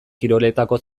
kiroletako